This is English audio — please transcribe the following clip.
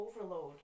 overload